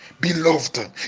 Beloved